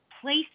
place